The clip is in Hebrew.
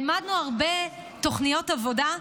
העמדנו הרבה תוכניות עבודה.